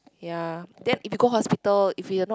ya that if we go hospital if we're not